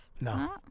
No